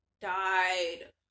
died